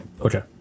Okay